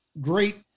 Great